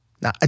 now